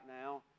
now